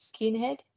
skinhead